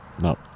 No